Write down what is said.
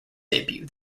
debut